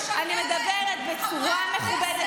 הם יפטרו חלק מהאוכלוסייה,